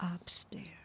upstairs